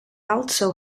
also